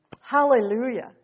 Hallelujah